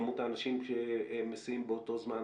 כמות האנשים שמסיעים באותו זמן,